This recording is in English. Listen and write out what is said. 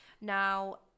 Now